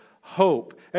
hope